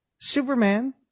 Superman